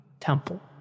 temple